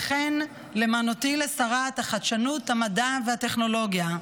וכן למנותי לשרת החדשנות, המדע והטכנולוגיה,